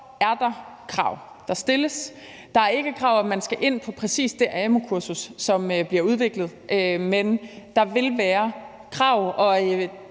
der krav. Der er ikke krav om, at man skal ind på præcis det amu-kursus, som bliver udviklet, men der vil være krav, og